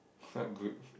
quite good